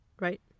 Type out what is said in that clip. right